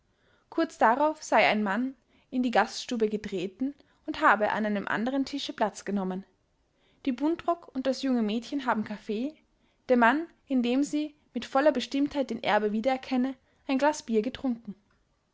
kurz darauf sei ein mann in die gaststube getreten und habe an einem anderen tische platz genommen die buntrock und das junge mädchen haben kaffee der mann in dem sie mit voller bestimmtheit den erbe wiedererkenne ein glas bier getrunken